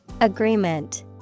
agreement